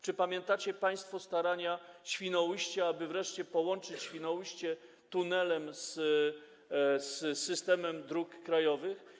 Czy pamiętacie państwo starania Świnoujścia, aby wreszcie połączyć Świnoujście tunelem z systemem dróg krajowych?